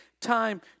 time